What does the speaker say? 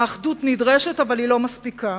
האחדות נדרשת אבל היא לא מספיקה.